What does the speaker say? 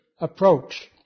approach